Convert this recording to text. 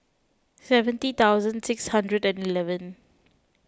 seventy thousand six hundred and eleven